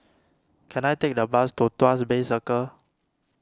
can I take the bus to Tuas Bay Circle